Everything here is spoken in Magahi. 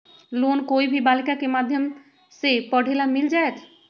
लोन कोई भी बालिका के माध्यम से पढे ला मिल जायत?